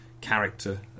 character